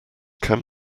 can